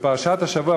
בפרשת השבוע,